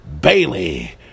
bailey